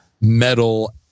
metal